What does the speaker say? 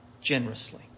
generously